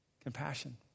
compassion